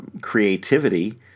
creativity